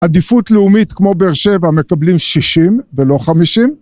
עדיפות לאומית כמו באר שבע מקבלים 60 ולא 50